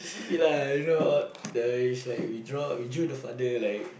stupid lah you know all the it's like we draw we drew the father like